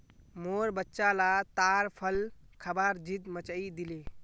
मोर बच्चा ला ताड़ फल खबार ज़िद मचइ दिले